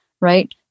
right